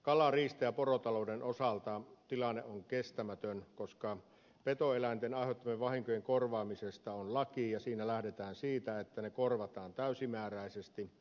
kala riista ja porotalouden osalta tilanne on kestämätön koska petoeläinten aiheuttamien vahinkojen korvaamisesta on laki ja siinä lähdetään siitä että ne korvataan täysimääräisesti